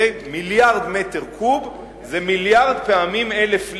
מיליארד מטר קוב זה מיליארד פעמים 1,000 ליטר.